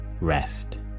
rest